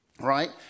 right